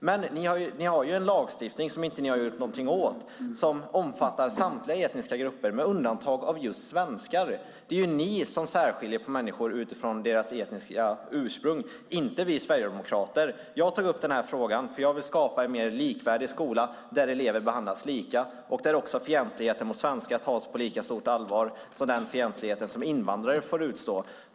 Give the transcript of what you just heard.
Men ni har en lagstiftning som ni inte har gjort någonting åt och som omfattar samtliga etniska grupper med undantag för just svenskar. Det är ni som skiljer på människor utifrån deras etniska ursprung, inte vi sverigedemokrater. Jag tog upp den här frågan för att jag vill skapa en mer likvärdig skola, där elever behandlas lika och där fientligheten mot svenskar tas på lika stort allvar som den fientlighet som invandrare får utstå.